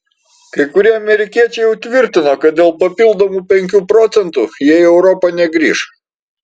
kai kurie amerikiečiai jau tvirtino kad dėl papildomų penkių procentų jie į europą negrįš